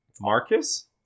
Marcus